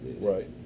right